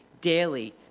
daily